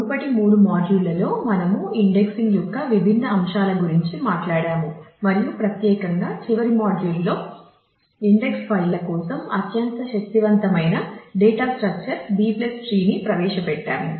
మునుపటి 3 మాడ్యూల్లలో మనము ఇండెక్సింగ్ B ట్రీని ప్రవేశపెట్టాము